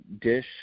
dish